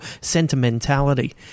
sentimentality